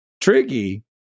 Tricky